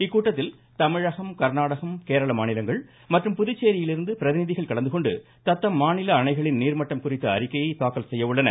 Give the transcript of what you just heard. இக்கூட்டத்தில் தமிழகம் கர்நாடகம் கேரள மாநிலங்கள் மற்றும் புதுச்சேரியிலிருந்து பிரதிநிதிகள் கலந்துகொண்டு தத்தம் மாநில அணைகளின் நீர்மட்டம் குறித்த அறிக்கையை தாக்கல் செய்ய உள்ளனர்